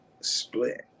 split